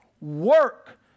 work